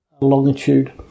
longitude